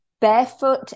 Barefoot